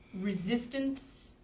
resistance